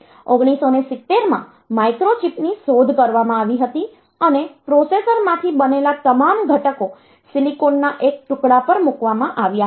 1970 માં માઇક્રોચિપની શોધ કરવામાં આવી હતી અને પ્રોસેસરમાંથી બનેલા તમામ ઘટકો સિલિકોનના એક ટુકડા પર મૂકવામાં આવ્યા હતા